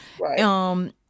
Right